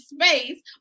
space